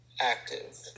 active